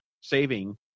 saving